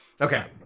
okay